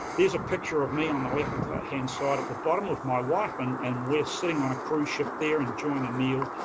a picture of me on the left-hand side at the bottom, of my wife, and and we're sitting on a cruise ship there, enjoying a meal,